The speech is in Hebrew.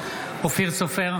(קורא בשמות חברי הכנסת) אופיר סופר,